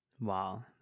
wow